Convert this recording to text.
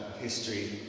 history